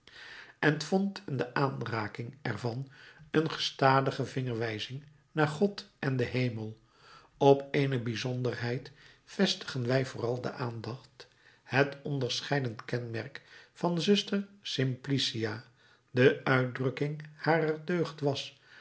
en vond in de aanraking er van een gestadige vingerwijzing naar god en den hemel op eene bijzonderheid vestigen wij vooral de aandacht het onderscheidend kenmerk van zuster simplicia de uitdrukking harer deugd was